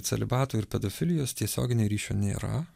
celibato ir pedofilijos tiesioginio ryšio nėra